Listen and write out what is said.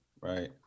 right